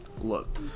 look